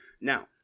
Now